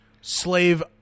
slave